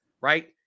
right